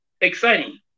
exciting